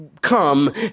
come